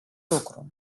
lucru